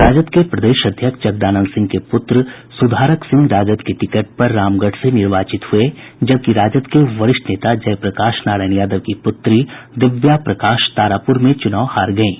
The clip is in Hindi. राजद के प्रदेश अध्यक्ष जगदानंद सिंह के पूत्र सुधारक सिंह राजद के टिकट पर रामगढ़ से निर्वाचित हये जबकि राजद के वरिष्ठ नेता जय प्रकाश नारायण यादव की पुत्री दिव्या प्रकाश तारापुर में चूनाव हार गयीं